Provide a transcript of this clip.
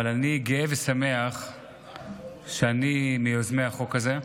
אבל אני גאה ושמח שאני מיוזמי החוק הזה: